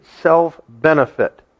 self-benefit